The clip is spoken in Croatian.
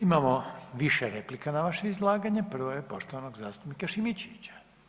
Imamo više replika na vaše izlaganje, prva je poštovanog zastupnika Šimičevića.